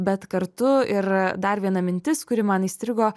bet kartu ir dar viena mintis kuri man įstrigo